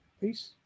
Peace